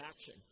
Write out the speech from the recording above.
action